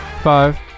Five